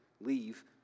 leave